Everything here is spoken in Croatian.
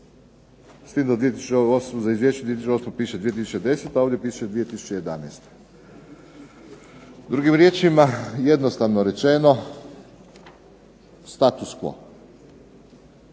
S tim da za 2008., u Izvješću za 2008. piše 2010. ovdje piše 2011. Drugim riječima jednostavno rečeno, status quo.